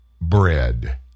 bread